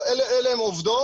אלה הן העובדות.